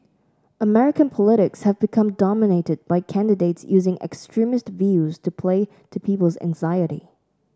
American politics have become dominated by candidates using extremist views to play to people's anxiety